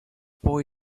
boy